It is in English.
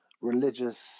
religious